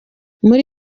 muri